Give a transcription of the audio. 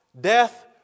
death